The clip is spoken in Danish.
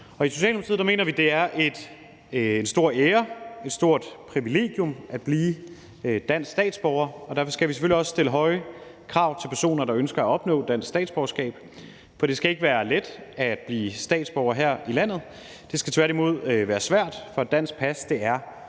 I Socialdemokratiet mener vi, at det er en stor ære og et stort privilegium at blive dansk statsborger, og derfor skal vi selvfølgelig også stille høje krav til personer, der ønsker at opnå dansk statsborgerskab, for det skal ikke være let at blive statsborger her i landet. Det skal tværtimod være svært, for et dansk pas er noget